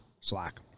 Slack